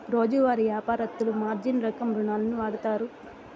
రోజువారీ యాపారత్తులు మార్జిన్ రకం రుణాలును వాడుతారు